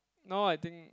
now I think